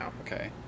Okay